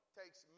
takes